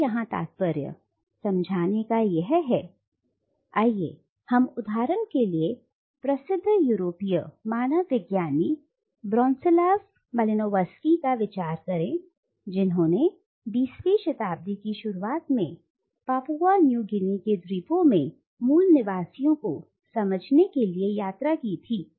मेरा यहां तात्पर्य समझने के लिए आइए हम उदाहरण के लिए प्रसिद्ध यूरोपीय मानव विज्ञानी ब्रॉनिस्लाव मालिनोवस्की का विचार करें जिन्होंने बीसवीं शताब्दी की शुरुआत में पापुआ न्यू गिनी के द्वीपों में मूल निवासियों को समझने के लिए यात्रा की थी